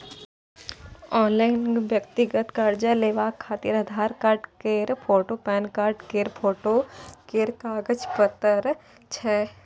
online व्यक्तिगत कर्जा लेबाक खातिर आधार कार्ड केर फोटु, पेनकार्ड केर फोटो केर काज परैत छै